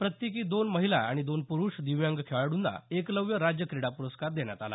प्रत्येकी दोन महिला आणि दोन पुरुष दिव्यांग खेळाडूंना एकलव्य राज्य क्रीडा पुरस्कार देण्यात आला